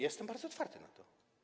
Jestem bardzo otwarty na to.